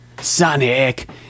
Sonic